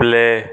play